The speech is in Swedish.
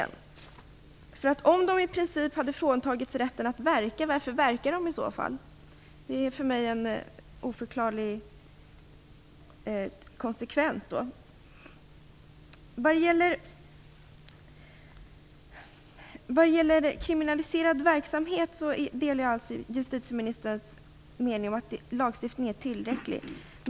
Om dessa organisationer i princip har fråntagits rätten att verka, varför verkar de i så fall? Det är för mig oförståeligt. Jag delar justitieministerns uppfattning att lagstiftningen är tillräcklig vad gäller kriminalisering av verksamheten.